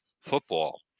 football